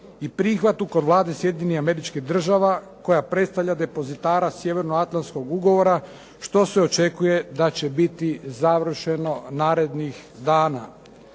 i prihvatu kod Vlade Sjedinjenih Američkih Država koja predstavlja depozitara Sjevern-atlanskog ugovora što se očekuje da će biti završeno narednih dana.